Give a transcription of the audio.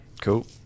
Cool